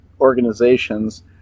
organizations